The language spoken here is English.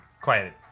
quiet